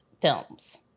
films